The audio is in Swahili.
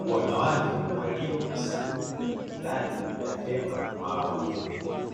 Wanawake waliokusanyika ndani ya hema maalum